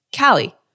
Callie